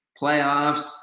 playoffs